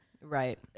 Right